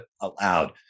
allowed